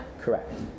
Correct